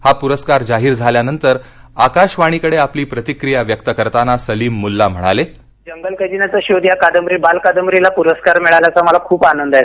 हा पुरस्कार जाहीर झाल्यानंतर आकाशवाणीकडे आपली प्रतिक्रिया व्यक्त करताना सलीम मुल्ला म्हणाले यंदा माझ्या जंगल खजिन्याचा शोध या बालकादंबरीला पुरस्कार मिळाल्याचा मला फार आनंद आहे